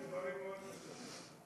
אנחנו דנים בדברים מאוד חשובים.